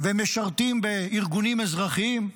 ומשרתים בארגונים אזרחיים,